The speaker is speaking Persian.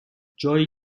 جایی